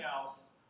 else